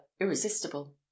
irresistible